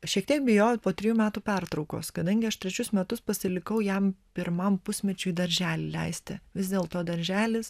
šiek tiek bijojau po trijų metų pertraukos kadangi aš trečius metus pasilikau jam pirmam pusmečiui darželį leisti vis dėl to darželis